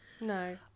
No